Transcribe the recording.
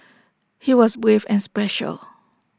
he was brave and special